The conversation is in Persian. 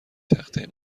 تخته